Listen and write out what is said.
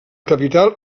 capital